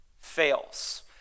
fails